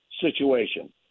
situation